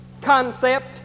concept